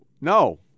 no